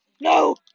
No